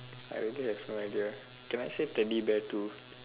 I really have no idea can I say Teddy bear too